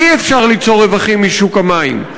אי-אפשר ליצור רווחים משוק המים.